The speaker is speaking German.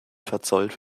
verzollt